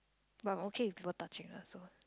but I'm okay with people touching her so